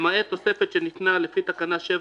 למעט תוספת שניתנה לפי תקנה 7(א)